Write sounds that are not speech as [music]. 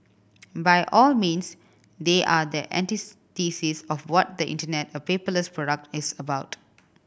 by all means they are the [unintelligible] of what the Internet a paperless product is about